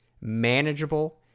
manageable